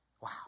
Wow